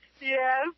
Yes